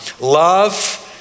love